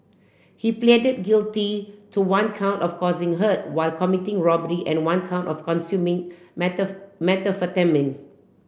he pleaded guilty to one count of causing hurt while committing robbery and one count of consuming methamphetamine